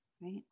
right